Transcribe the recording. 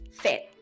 fit